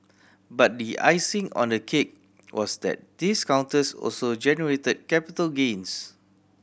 but the icing on the cake was that these counters also generated capital gains